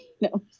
No